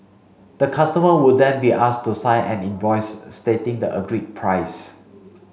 the customer would then be asked to sign an invoice stating the agreed price